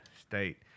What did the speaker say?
State